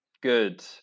Good